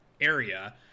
area